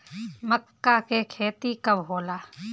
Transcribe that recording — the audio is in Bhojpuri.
माका के खेती कब होला?